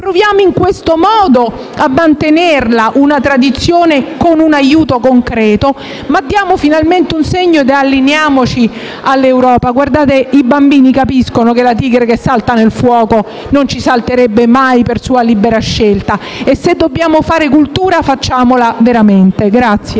Proviamo in questo modo a mantenere una tradizione con un aiuto concreto, ma diamo finalmente un segnale e allineamoci all'Europa. Colleghi, i bambini capiscono che la tigre che salta nel fuoco non lo farebbe mai per sua libera scelta, e se dobbiamo fare cultura facciamola veramente.